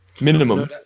minimum